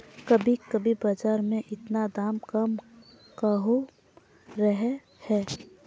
कभी कभी बाजार में इतना दाम कम कहुम रहे है?